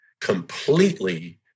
completely